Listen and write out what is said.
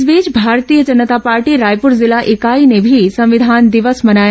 इस बीच भारतीय जनता पार्टी रायपुर जिला इकाई ने भी संविधान दिवस मनाया